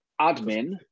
Admin